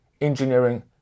engineering